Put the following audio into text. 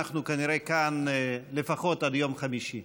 אנחנו כנראה כאן לפחות עד יום חמישי.